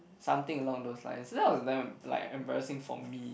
something along those lines that was damn like embarrassing for me